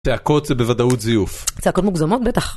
צעקות זה בוודאות זיוף. צעקות מוגזמות? בטח.